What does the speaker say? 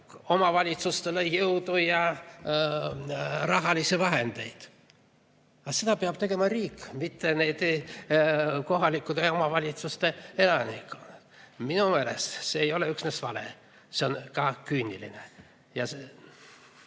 omavalitsustele jõudu ja rahalisi vahendeid. Aga seda peab tegema riik, mitte kohalike omavalitsuste elanikud. Minu meelest see ei ole üksnes vale, see on ka küüniline. Kui